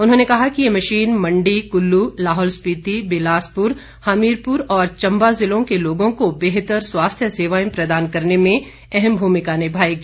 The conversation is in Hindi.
उन्होंने कहा कि ये मशीन मंडी कुल्लू लाहौल स्पिति बिलासपुर हमीरपुर और चंबा जिलों के लोगों को बेहतर स्वास्थ्य सेवाएं प्रदान करने में अहम भूमिका निभाएगी